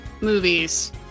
movies